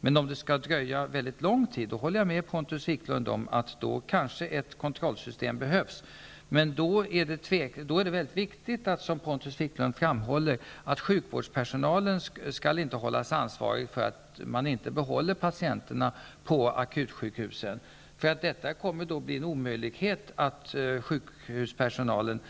Men om det dröjer väldigt lång tid, håller jag med Pontus Wiklund om att då kanske det behövs ett extra kontrollsystem. Då är det väldigt viktigt, som Pontus Wiklund framhåller, att sjukvårdspersonalen inte skall hållas ansvarig för att man inte behåller patienterna på akutsjukhusen, för då hamnar sjukhuspersonalen